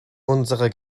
unsere